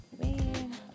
man